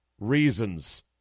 reasons